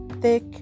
thick